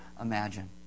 imagine